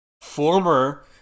former